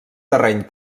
terreny